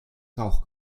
rauch